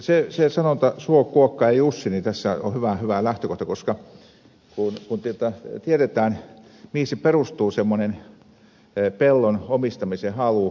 se sanonta suo kuokka ja jussi on tässä hyvä lähtökohta kun tiedetään mihin perustuu se semmoinen pellon omistamisen halu